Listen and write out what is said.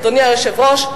אדוני היושב-ראש,